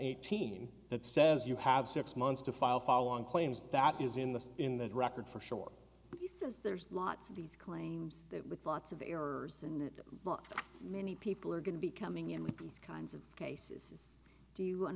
eighteen that says you have six months to file following claims that is in the in the record for sure he says there's lots of these claims that with lots of errors in the book many people are going to be coming in with these kinds of cases do you